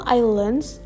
islands